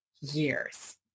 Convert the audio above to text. years